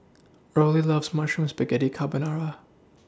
Rollie loves Mushroom Spaghetti Carbonara